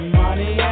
money